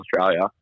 Australia